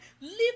leave